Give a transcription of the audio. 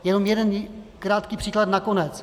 Jenom jeden krátký příklad nakonec.